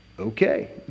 Okay